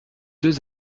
deux